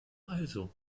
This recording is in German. also